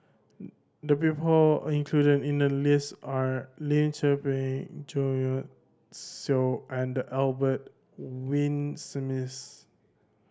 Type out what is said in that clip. the people included in the list are Lim Tze Peng Jo Seow and Albert Winsemius